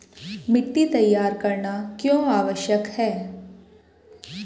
मिट्टी तैयार करना क्यों आवश्यक है?